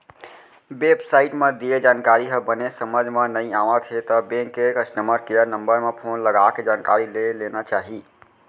web site म दिये जानकारी ह बने समझ म नइ आवत हे त बेंक के कस्टमर केयर नंबर म फोन लगाके जानकारी ले लेना चाही